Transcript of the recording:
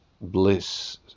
bliss